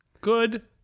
Good